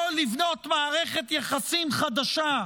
יכול לבנות מערכת יחסים חדשה,